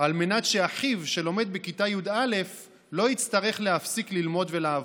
על מנת שאחיו שלומד בכיתה י"א לא יצטרך להפסיק ללמוד ולעבוד.